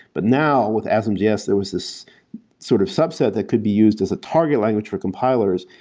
but now, with asm js, there was this sort of subset that could be used as a target language for compilers.